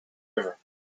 river